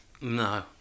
No